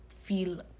feel